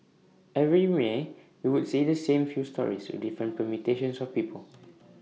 every may we would see the same few stories with different permutations of people